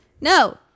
No